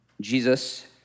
Jesus